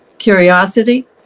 Curiosity